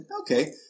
okay